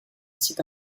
site